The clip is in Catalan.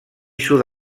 sud